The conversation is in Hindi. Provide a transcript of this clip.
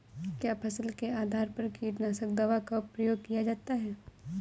क्या फसल के आधार पर कीटनाशक दवा का प्रयोग किया जाता है?